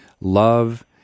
love